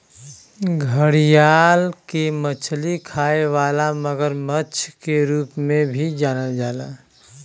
घड़ियाल के मछली खाए वाला मगरमच्छ के रूप में भी जानल जाला